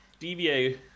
DVA